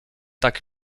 tak